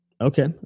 Okay